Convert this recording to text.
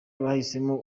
bahisemo